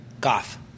Goff